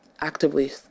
actively